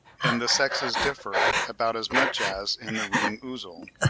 and the sexes differ about as much as in the ring-ouzel.